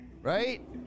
Right